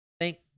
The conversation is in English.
thank